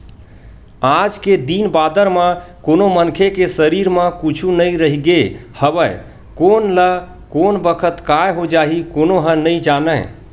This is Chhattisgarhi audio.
आज के दिन बादर म कोनो मनखे के सरीर म कुछु नइ रहिगे हवय कोन ल कोन बखत काय हो जाही कोनो ह नइ जानय